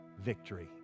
victory